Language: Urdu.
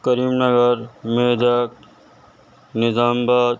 کریم نگر میدک نظام آباد